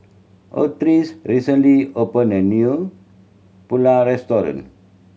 Otis recently opened a new Pulao Restaurant